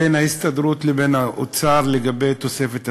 בין ההסתדרות לבין האוצר, לגבי תוספת שכר,